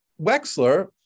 Wexler